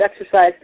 exercise